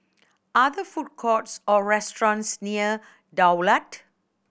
are there food courts or restaurants near Daulat